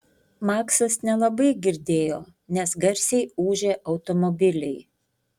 maksas nelabai girdėjo nes garsiai ūžė automobiliai